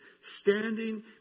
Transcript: standing